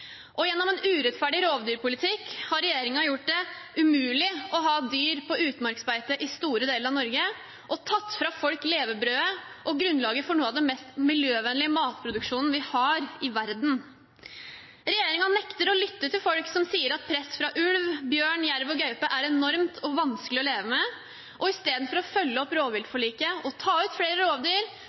Og gjennom en urettferdig rovdyrpolitikk har regjeringen gjort det umulig å ha dyr på utmarksbeite i store deler av Norge og tatt fra folk levebrødet og grunnlaget for noe av den mest miljøvennlige matproduksjonen vi har i verden. Regjeringen nekter å lytte til folk som sier at press fra ulv, bjørn, jerv og gaupe er enormt vanskelig å leve med. I stedet for å følge opp rovviltforliket og ta ut flere rovdyr